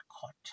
caught